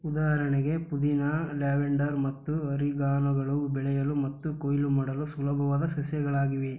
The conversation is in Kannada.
ಉದಾಹರಣೆಗೆ ಪುದೀನಾ ಲ್ಯಾವೆಂಡರ್ ಮತ್ತು ಆರಿಗಾನೋಗಳು ಬೆಳೆಯಲು ಮತ್ತು ಕೊಯ್ಲು ಮಾಡಲು ಸುಲಭವಾದ ಸಸ್ಯಗಳಾಗಿವೆ